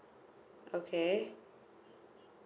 okay